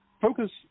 focus